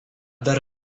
dar